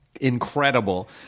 incredible